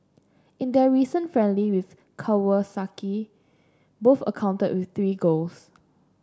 in their recent friendly with Kawasaki both accounted for three goals